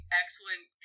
excellent